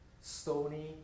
stony